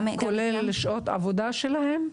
כולל שעות עבודה שלהם?